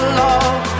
love